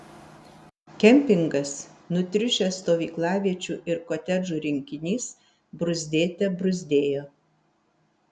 kempingas nutriušęs stovyklaviečių ir kotedžų rinkinys bruzdėte bruzdėjo